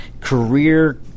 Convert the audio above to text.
career